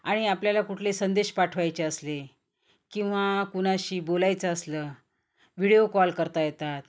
आणि आपल्याला कुठले संदेश पाठवायचे असले किंवा कुणाशी बोलायचं असलं विडिओ कॉल करता येतात